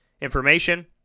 information